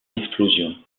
explosion